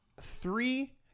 three